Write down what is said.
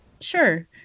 Sure